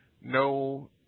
no